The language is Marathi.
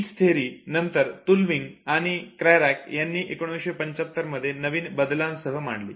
हीच थिअरी नंतर तुलविंग आणि क्रॅरॅक यांनी 1975 मध्ये नवीन बदलांसह मांडली